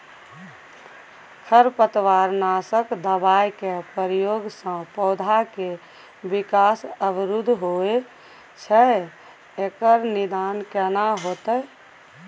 खरपतवार नासक दबाय के प्रयोग स पौधा के विकास अवरुध होय छैय एकर निदान केना होतय?